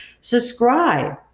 Subscribe